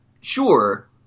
Sure